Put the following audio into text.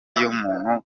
y’umuntu